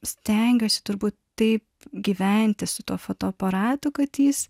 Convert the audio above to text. stengiuosi turbūt taip gyventi su tuo fotoaparatu kad jis